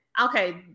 Okay